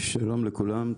שלום לכולם,